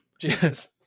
Jesus